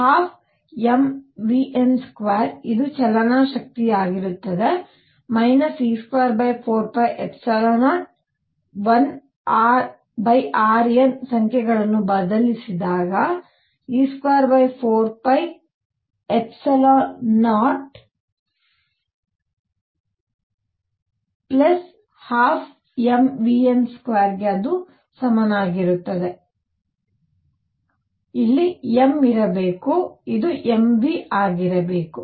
12mvn2 ಇದು ಚಲನ ಶಕ್ತಿ ಆಗಿರುತ್ತದೆ e24π0 1rn ಸಂಖ್ಯೆಗಳನ್ನು ಬದಲಿಸಿದಾಗ e24π0n2212mvn2 ಅದು ಸಮಾನವಾಗಿರುತ್ತದೆ ಇಲ್ಲಿ m ಇರಬೇಕು ಇದು m v ಆಗಿರಬೇಕು